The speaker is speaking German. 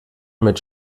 mit